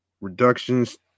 reductions